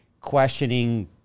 questioning